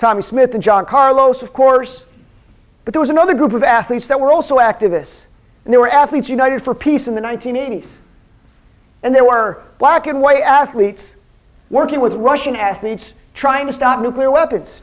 tommy smith and john carlos of course but there's another group of athletes that were also activists and they were athletes united for peace in the one nine hundred eighty s and there were black and white athletes working with russian athletes trying to stop nuclear weapons